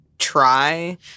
try